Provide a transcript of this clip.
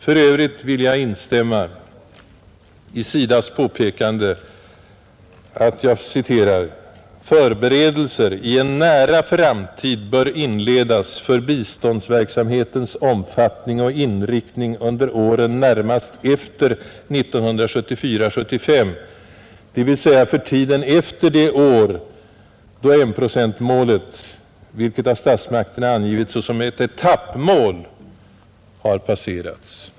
För övrigt vill jag instämma i SIDA :s påpekande att ”förberedelser i en nära framtid bör inledas för biståndsverksamhetens omfattning och inriktning under åren närmast efter 1974/75, dvs. för tiden efter det år då enprocentsmålet, vilket av statsmakterna angivits såsom ett etappmål, har passerats”.